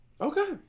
okay